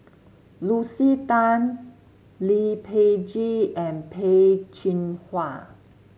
Lucy Tan Lee Peh Gee and Peh Chin Hua